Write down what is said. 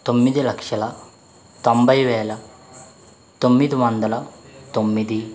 తొమ్మిది లక్షల తొంభై వేల తొమ్మిది వందల తొమ్మిది